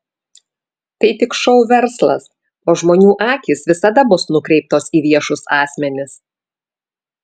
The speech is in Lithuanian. tai tik šou verslas o žmonių akys visada bus nukreiptos į viešus asmenis